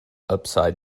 upside